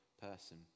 person